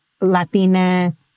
Latina